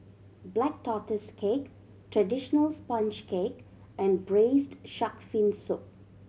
Black Tortoise Cake traditional sponge cake and Braised Shark Fin Soup